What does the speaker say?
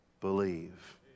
believe